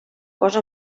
cosa